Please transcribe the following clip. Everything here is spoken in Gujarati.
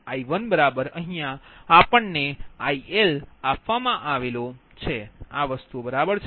કારણ કે I1ILબરાબર છે